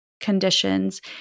conditions